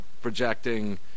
projecting